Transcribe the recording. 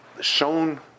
shown